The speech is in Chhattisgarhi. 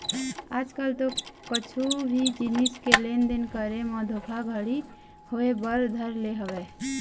आज कल तो कुछु भी जिनिस के लेन देन करे म धोखा घड़ी होय बर धर ले हवय